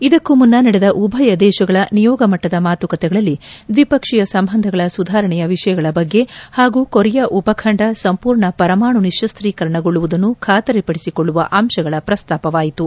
ಇದಕ್ಕೂ ಮುನ್ನ ನಡೆದ ಉಭಯ ದೇಶಗಳ ನಿಯೋಗ ಮಟ್ಟದ ಮಾತುಕತೆಗಳಲ್ಲಿ ದ್ವಿಪಕ್ಷೀಯ ಸಂಬಂಧಗಳ ಸುಧಾರಣೆಯ ವಿಷಯಗಳ ಬಗ್ಗೆ ಹಾಗೂ ಕೊರಿಯಾ ಉಪಖಂಡ ಸಂಪೂರ್ಣ ಪರಮಾಣು ನಿಶಸೀಕರಣಗೊಳ್ಳುವುದನ್ನು ಬಾತರಿಪಡಿಸಿಕೊಳ್ಳುವ ಅಂಶಗಳ ಪ್ರಸ್ತಾಪವಾಯಿತು